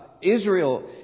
Israel